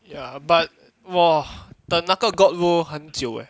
ya but !wah! 等那个 god role 很久 eh